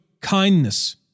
kindness